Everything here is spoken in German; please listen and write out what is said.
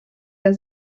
der